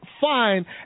fine